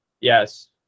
Yes